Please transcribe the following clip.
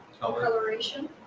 coloration